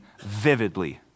vividly